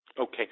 Okay